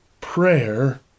Prayer